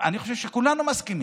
אני חושב שכולנו מסכימים,